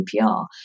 CPR